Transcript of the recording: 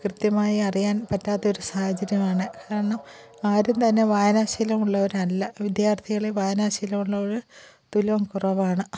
കൃത്യമായി അറിയാൻ പറ്റാത്തെയൊരു സാഹചര്യമാണ് ആരുംതന്നെ വായനാശീലം ഉള്ളവരല്ല വിദ്യാർത്ഥികളിൽ വായനാശീലം ഉള്ളവർ തുലോം കുറവാണ്